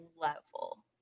level